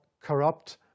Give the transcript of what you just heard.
corrupt